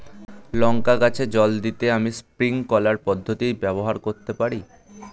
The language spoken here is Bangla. লঙ্কা গাছে জল দিতে আমি স্প্রিংকলার পদ্ধতি ব্যবহার করতে পারি?